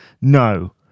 no